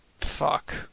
Fuck